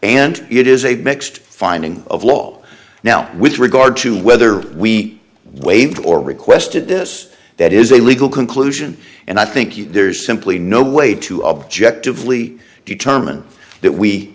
and it is a mixed finding of law now with regard to whether we waived or requested this that is a legal conclusion and i think you there's simply no way to objectively determine that we